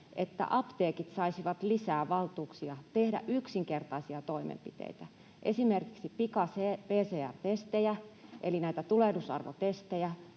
että apteekit saisivat lisää valtuuksia tehdä yksinkertaisia toimenpiteitä, esimerkiksi pika-PCR-testejä eli näitä tulehdusarvotestejä,